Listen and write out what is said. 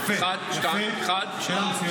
יפה, שאלה מצוינת.